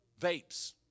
vapes